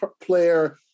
player